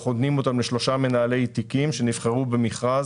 אנחנו נותנים אותם לשלושה מנהלי תיקים שנבחרו במכרז